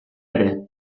ere